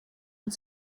und